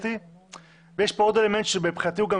הייתי רוצה שתראו את התמונה המלאה,